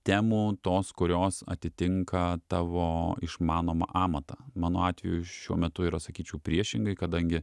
temų tos kurios atitinka tavo išmanomą amatą mano atveju šiuo metu yra sakyčiau priešingai kadangi